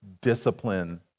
discipline